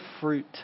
fruit